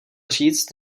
říct